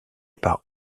par